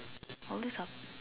all these are